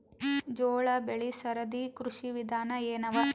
ಜೋಳ ಬೆಳಿ ಸರದಿ ಕೃಷಿ ವಿಧಾನ ಎನವ?